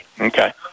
Okay